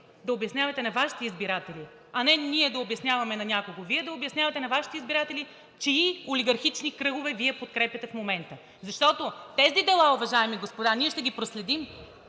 да обяснявате на Вашите избиратели, а не ние да обясняваме на някого чии олигархични кръгове Вие подкрепяте в момента. Защото тези дела, уважаеми господа, ние ще ги проследим.